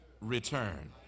return